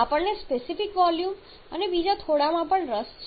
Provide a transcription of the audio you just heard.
આપણને specific volume અને થોડા બીજામાં પણ રસ છે